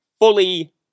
fully